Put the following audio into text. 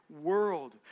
world